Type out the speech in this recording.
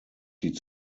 die